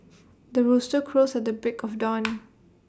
the rooster crows at the break of dawn